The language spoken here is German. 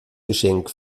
geschenk